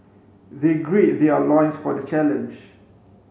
they gird their loins for the challenge